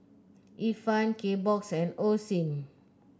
Ifan Kbox and Osim